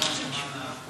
סגנית יושב-ראש